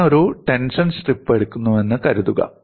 ഞാൻ ഒരു tension strip എടുക്കുന്നുവെന്ന് കരുതുക